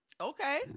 Okay